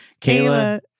Kayla